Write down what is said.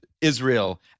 Israel